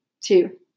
Two